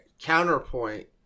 Counterpoint